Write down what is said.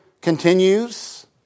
continues